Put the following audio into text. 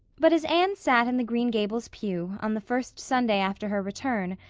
but as anne sat in the green gables pew, on the first sunday after her return,